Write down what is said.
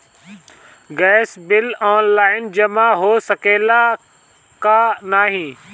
Gas bill online जमा हो सकेला का नाहीं?